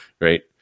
right